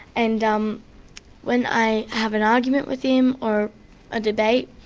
and um when i have an argument with him, or a debate,